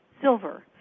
silver